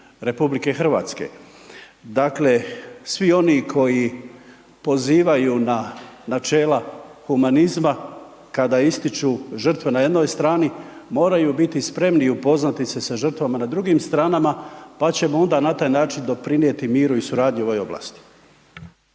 RH. Dakle, svi oni koji pozivaju na načela humanizma kada ističu žrtve na jednoj strani, moraju biti spremni i upoznati se sa žrtvama na drugim stranama, pa ćemo onda na taj način doprinijeti miru i suradnji u ovoj oblasti.